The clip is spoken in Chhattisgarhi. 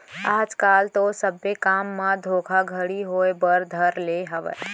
आज कल तो सब्बे काम म धोखाघड़ी होय बर धर ले हावय